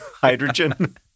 hydrogen